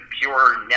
pure